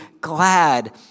glad